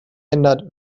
ändert